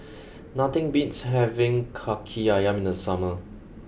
nothing beats having Kaki Ayam in the summer